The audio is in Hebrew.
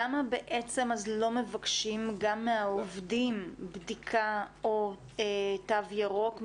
למה אז לא מבקשים גם מהעובדים בדיקה או תו ירוק?